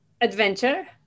adventure